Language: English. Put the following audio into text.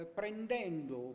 prendendo